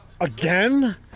again